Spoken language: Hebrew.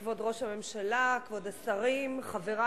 כבוד ראש הממשלה, כבוד השרים, חברי